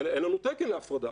אין לנו תקן להפרדה,